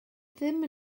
ddim